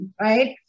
right